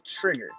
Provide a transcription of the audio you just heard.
trigger